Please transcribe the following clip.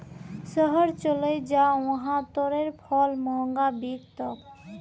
शहर चलइ जा वहा तारेर फल महंगा बिक तोक